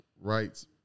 rights